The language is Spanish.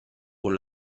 con